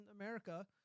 America